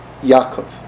Yaakov